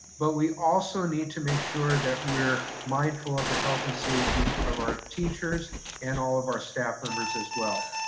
but we also need to make sure that we're mindful of the health and safety of our teachers and all of our staff members as well.